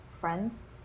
friends